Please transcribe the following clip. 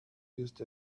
used